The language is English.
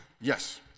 Yes